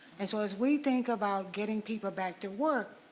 as as we think about getting people back to work,